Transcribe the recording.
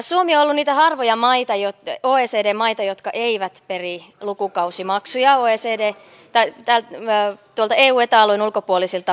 suomi on ollut niitä harvoja oecd maita jotka eivät peri lukukausimaksuja eu ja eta alueen ulkopuolisilta opiskelijoilta